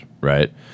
right